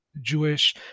Jewish